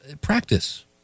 Practice